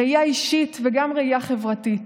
ראייה אישית וגם ראייה חברתית,